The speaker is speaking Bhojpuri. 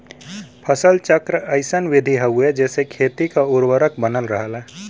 फसल चक्र अइसन विधि हउवे जेसे खेती क उर्वरक बनल रहला